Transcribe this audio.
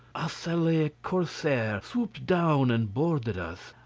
ah sallee ah corsair swooped down and boarded us.